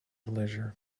leisure